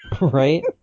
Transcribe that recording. right